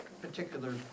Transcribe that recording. particular